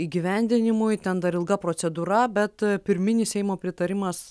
įgyvendinimui ten dar ilga procedūra bet pirminis seimo pritarimas